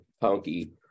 punky